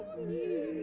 me